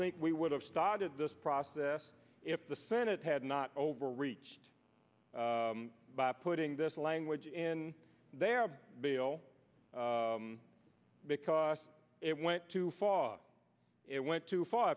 think we would have started this process if the senate had not overreached by putting this language in their bill because it went too far it went too far